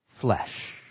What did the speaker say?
flesh